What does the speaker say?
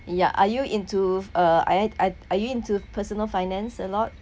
yeah are you into uh are y~ are you into personal finance a lot